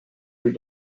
les